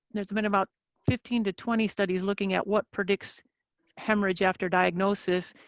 there's been about fifteen to twenty studies looking at what predicts hemorrhage after diagnosis.